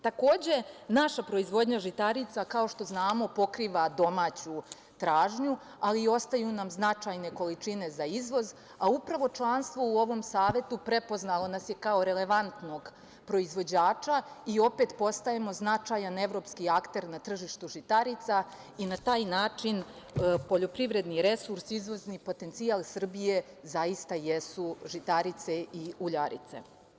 Takođe, naša proizvodnja žitarica, kao što znamo, pokriva domaću tražnju, ali ostaju nam značajne količine za izvoz, a upravo članstvo u ovom Savetu prepoznalo nas je kao relevantnog proizvođača i opet postajemo značajan evropski akter na tržištu žitarica i na taj način poljoprivredni resurs, izvozni potencijal Srbije zaista jesu žitarica i uljarice.